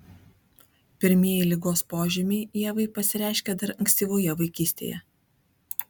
pirmieji ligos požymiai ievai pasireiškė dar ankstyvoje vaikystėje